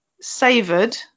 savored